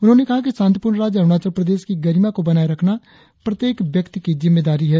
उन्होंने कहा कि शांतिपूर्ण राज्य अरुणाचल प्रदेश की गरिमा को बनाये रखना प्रत्येक व्यक्ति की जिम्मेदारी है